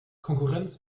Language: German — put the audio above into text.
konkurrenz